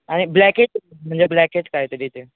आणि ब्लॅकेट म्हणजे ब्लॅकेट काही तरी ते